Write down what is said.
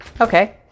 okay